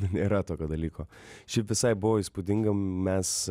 nėra tokio dalyko šiaip visai buvo įspūdinga mes